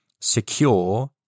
secure